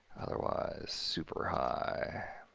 otherwise, super high.